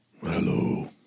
hello